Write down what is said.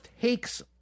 takes